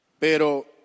Pero